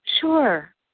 Sure